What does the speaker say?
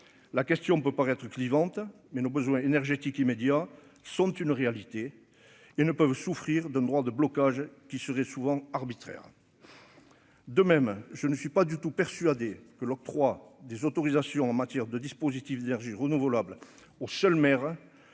la question peut paraître clivante mais nos besoins énergétiques immédiats sont une réalité et ne peuvent souffrir d'un droit de blocage qui seraient souvent arbitraire. De même, je ne suis pas du tout persuadé que l'octroi des autorisations en matière de dispositifs d'énergies renouvelables au seul maire